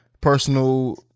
personal